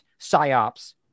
psyops